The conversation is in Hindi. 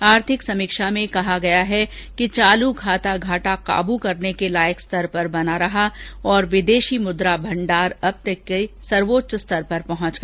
आर्थिक समीक्षा में कहा गया है कि चालू खाता घाटा काबू करने लायक स्तर पर बना रहा तथा विदेशी मुद्रा भंडार अब तक के सर्वोच्च स्तर पर पहुंच गया